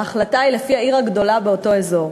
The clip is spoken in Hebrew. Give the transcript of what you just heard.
ההחלטה היא לפי העיר הגדולה באותו אזור.